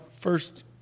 first